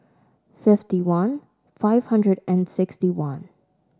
fifty one five hundred and sixty one